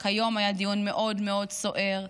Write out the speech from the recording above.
רק היום היה דיון מאוד מאוד סוער: